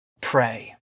pray